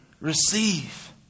receive